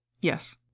Yes